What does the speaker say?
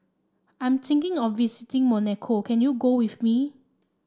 I'm thinking of visiting Monaco can you go with me